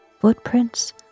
footprints